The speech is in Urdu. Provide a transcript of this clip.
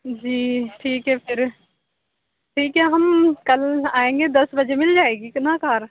جی ٹھیک ہے پھر ٹھیک ہے ہم کل آئیں گے دس بجے مل جائے گی کہ نا کار